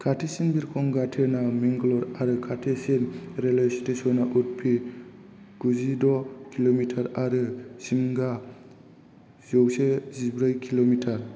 खाथिसिन बिरखं गाथोना मैंगलर आरो खाथिसिन रेलवे स्टेशनआ उडुपी गुजिद' किल'मिटार आरो शिमगा जौसे जिब्रै किल'मिटार